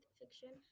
fiction